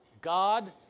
God